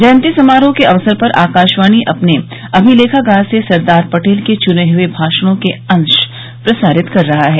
जयंती समारोह के अवसर पर आकाशवाणी अपने अमिलेखागार से सरदार पटेल के चुने हुए भाषणों के अंश प्रसारित कर रहा है